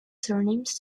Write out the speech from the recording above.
surnames